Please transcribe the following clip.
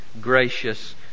gracious